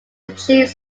achieved